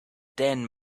damn